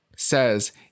says